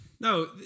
no